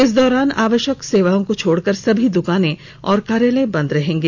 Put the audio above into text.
इस दौरान आवश्यक सेवाओं को छोड़कर सभी दुकानें और कार्यालय बंद रहेंगे